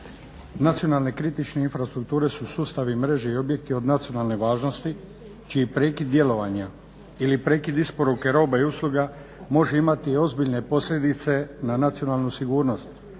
Nacionalne kritične infrastrukture su sustavi mreže i objekti od nacionalne važnosti čiji prekid djelovanja ili prekid isporuke roba i usluga može imati ozbiljne posljedice na nacionalnu sigurnost,